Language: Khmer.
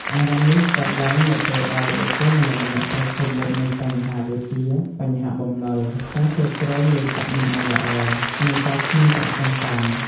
អារម្មណ៍នេះកើតឡើងនៅពេលដែលបុគ្គលម្នាក់ៗប្រឈមមុខនឹងបញ្ហាដូចជា បញ្ហាបំណុល ការគ្រប់គ្រងលុយកាក់មិនបានល្អ និងការគ្មានប្រាក់សន្សំ។